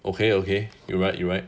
okay okay you're right you're right